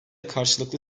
karşılıklı